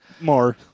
More